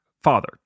father